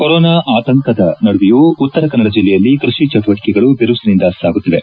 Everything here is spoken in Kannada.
ಕೊರೊನಾ ಆತಂಕದ ನಡುವೆಯೂ ಉತ್ತರಕನ್ನದ ಜಿಲ್ಲೆಯಲ್ಲಿ ಕೃಷಿ ಚಟುವಟಿಕೆಗಳು ಬಿರುಸಿನಿಂದ ಸಾಗುತ್ತಿವೆ